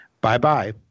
Bye-bye